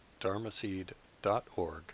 dharmaseed.org